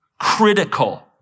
critical